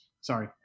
Sorry